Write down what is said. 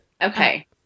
Okay